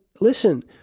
listen